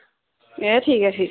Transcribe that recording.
ए ठीक ऐ फ्ही